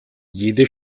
jede